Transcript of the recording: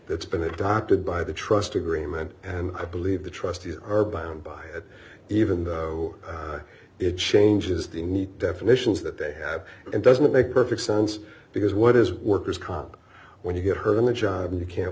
that's been adopted by the trust agreement and i believe the trustees are bound by it even though it changes the need definitions that they have it doesn't make perfect sense because what is workers comp when you get hurt on the job you can't